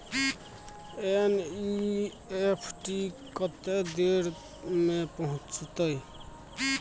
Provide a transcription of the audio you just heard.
NEFT कत्ते देर में पहुंचतै?